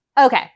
Okay